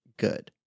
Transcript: good